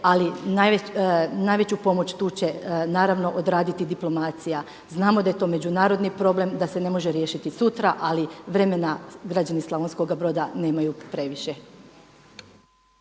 Ali najveću pomoć tu će naravno odraditi diplomacija. Znamo da je to međunarodni problem, da se ne može riješiti sutra ali vremena građani Slavonskoga Broda nemaju previše.